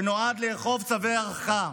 שנועד לאכוף צווי הרחקה.